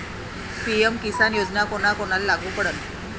PM Kisan योजना कोना कोनाले लागू पडन?